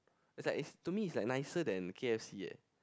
it's like it's to me it's nicer than K_F_C eh